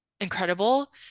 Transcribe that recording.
incredible